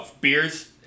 beers